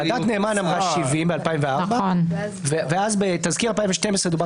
ועדת נאמן ב-2004 אמרה 70 ואז בתזכיר 2012 דובר